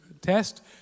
test